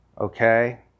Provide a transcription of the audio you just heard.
Okay